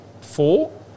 four